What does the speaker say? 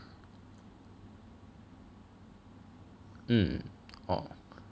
mm orh